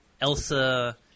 Elsa